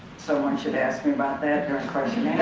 someone should asking about that during